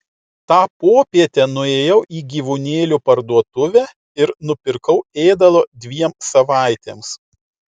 tą popietę nuėjau į gyvūnėlių parduotuvę ir nupirkau ėdalo dviem savaitėms